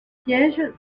siège